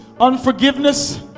unforgiveness